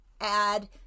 add